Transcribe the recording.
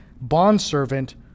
bondservant